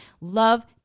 love